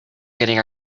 getting